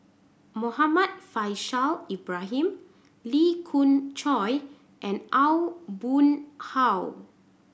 Muhammad Faishal Ibrahim Lee Khoon Choy and Aw Boon Haw